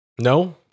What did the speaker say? No